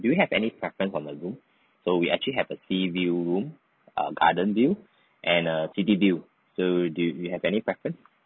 do you have any preference on the room so we actually have a sea view room a garden view and a city view so do you have any preference